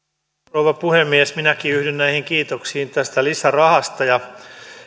rouva puhemies minäkin yhdyn näihin kiitoksiin tästä lisärahasta ja